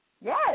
Yes